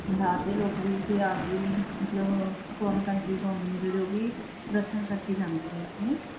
ਬਾਹਰ ਦੇ ਲੋਕ ਵੀ ਇੱਥੇ ਆ ਕੇ ਮਤਲਬ ਫੋਰਨ ਕੰਟਰੀ ਤੋਂ ਆਉਂਦੇ ਨੇ ਜਿਹੜੇ ਉਹ ਵੀ ਦਰਸ਼ਨ ਕਰਕੇ ਜਾਂਦੇ ਨੇ ਇੱਥੇ